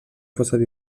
fossat